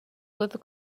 with